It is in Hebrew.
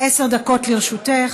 עשר דקות לרשותך.